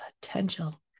potential